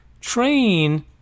train